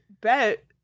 bet